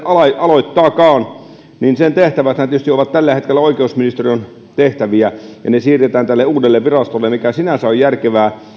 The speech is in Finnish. aloittaakaan sen tehtäväthän tietysti ovat tällä hetkellä oikeusministeriön tehtäviä ja ne siirretään tälle uudelle virastolle mikä sinänsä on järkevää